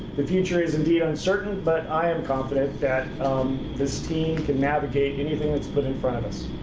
the future is indeed uncertain, but i am confident that this team can navigate anything that's put in front of us.